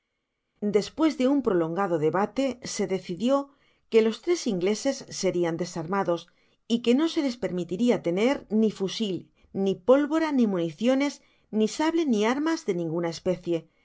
despues de un prolongado debate se decidió que los tres ingleses serian desarmados y que no se les permitiria tener ni fusil ni pólvora ni municiones ni sable ni armas de ninguna especie